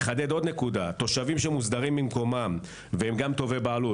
תושבים שמוסדרים במקומם והם גם תובעי בעלות